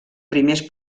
primers